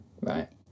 right